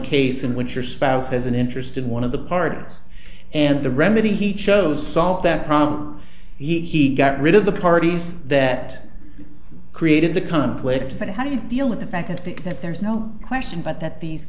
case in which your spouse has an interest in one of the pardons and the remedy he chose solve that problem he got rid of the parties that created the conflict and how do you deal with the fact that there's no question but that these